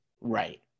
right